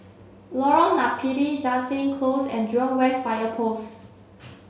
Lorong Napiri Jansen Close and Jurong West Fire Post